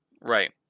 right